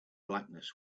blackness